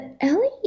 Ellie